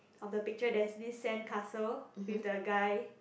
of the picture there's this sandcastle with the guy